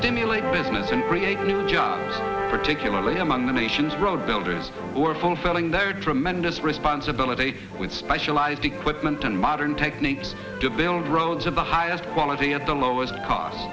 stimulate business and create new jobs particularly among the nation's road builders who are fulfilling their tremendous responsibility with specialized equipment and modern techniques to build roads about highest quality at the lowest cost